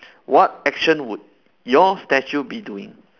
what action would your statue be doing